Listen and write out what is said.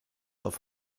auf